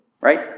Right